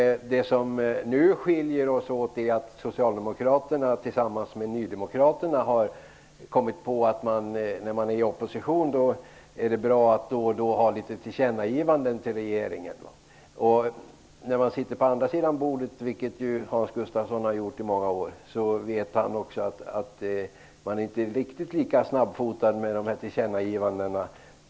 Det som nu skiljer oss åt är att socialdemokraterna tillsammans med nydemokraterna har kommit på att det är bra att man då och då gör tillkännagivanden till regeringen när man är i opposition. När man sitter på andra sidan bordet, vilket Hans Gustafsson har gjort i många år, är man inte riktigt lika snabbfotad med tillkännagivanden.